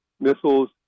Missiles